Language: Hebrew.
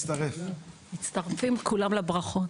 מצטרפים כולם לברכות.